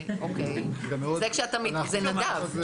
זה נדב.